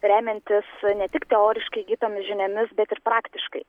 remiantis ne tik teoriškai įgytomis žiniomis bet ir praktiškai